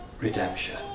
redemption